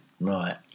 Right